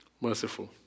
merciful